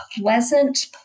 pleasant